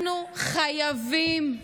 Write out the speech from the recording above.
אנחנו חייבים,